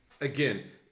again